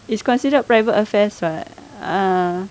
it's considered private affairs [what] uh